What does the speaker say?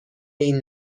این